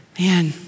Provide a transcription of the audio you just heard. Man